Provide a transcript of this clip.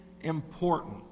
important